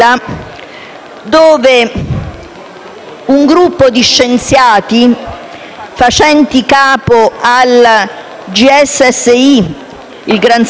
un gruppo di scienziati, facenti capo al GSSI (il Gran Sasso Science Institute),